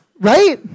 Right